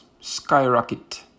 Skyrocket